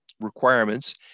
requirements